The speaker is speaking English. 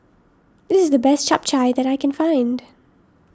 this is the best Chap Chai that I can find